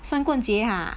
三过节啊